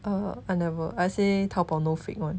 uh I never I say taobao no fake [one]